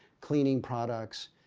cleaning products.